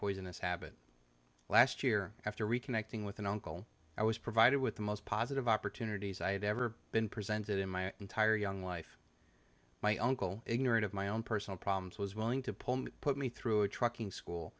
poisonous habit last year after reconnecting with an uncle i was provided with the most positive opportunities i had ever been presented in my entire young life my uncle ignorant of my own personal problems was willing to pull me put me through a trucking school